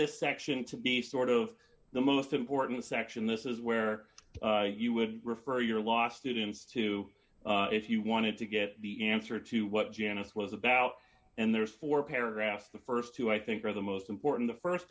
this section to be sort of the most important section this is where you would refer your law students to if you wanted to get the answer to what janice was about and there's four paragraphs the st two i think are the most important the